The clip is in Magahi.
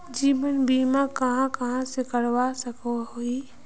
जीवन बीमा कहाँ कहाँ से करवा सकोहो ही?